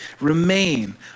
remain